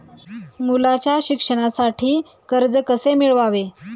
मुलाच्या शिक्षणासाठी कर्ज कसे मिळवावे?